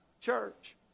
church